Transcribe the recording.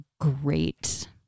great